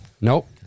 Nope